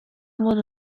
one